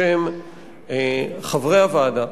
בשם חברי הוועדה,